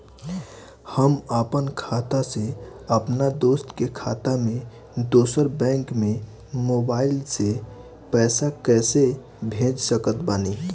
हम आपन खाता से अपना दोस्त के खाता मे दोसर बैंक मे मोबाइल से पैसा कैसे भेज सकत बानी?